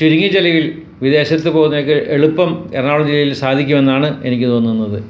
ചുരുങ്ങിയ ചെലവിൽ വിദേശത്ത് പോകുന്നതൊക്കെ എളുപ്പം എറണാകുളം ജില്ലയിൽ സാധിക്കുമെന്നാണ് എനിക്ക് തോന്നുന്നത്